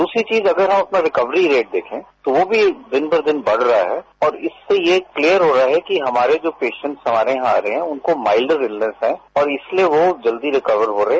दूसरी चीज अगर अपना रिकवरी रेट देखे तोवो भी दिन भर दिन बढ़ रहा है और इससे ये क्लीयर हो रहा है कि हमारे जो पेशेंट हमारेआ रहे हैं उनको माइल्ड इलनेस है इसलिए वो जल्दी रिकवर हो रहे हैं